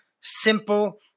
simple